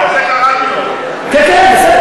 בגלל זה קראנו לו.